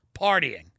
Partying